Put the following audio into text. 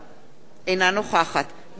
אינה נוכחת מירי רגב,